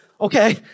okay